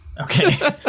okay